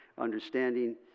understanding